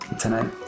tonight